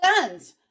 guns